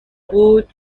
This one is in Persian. بود